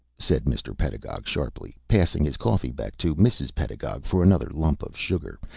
said mr. pedagog, sharply, passing his coffee back to mrs. pedagog for another lump of sugar,